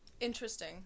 Interesting